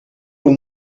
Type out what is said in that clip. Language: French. aux